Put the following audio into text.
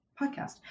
podcast